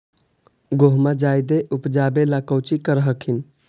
गेहुमा जायदे उपजाबे ला कौची कर हखिन?